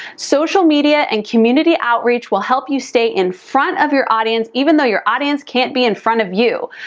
social media and community outreach will help you stay in front of your audience even though your audience can't be in front of you.